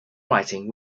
writing